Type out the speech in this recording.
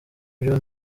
ibyo